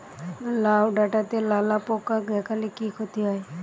লাউ ডাটাতে লালা পোকা দেখালে কি ক্ষতি হয়?